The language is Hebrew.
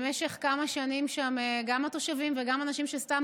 במשך כמה שנים שם גם התושבים וגם אנשים שסתם